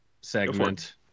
segment